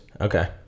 Okay